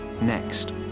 Next